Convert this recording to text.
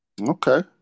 Okay